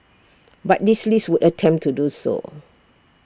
but this list would attempt to do so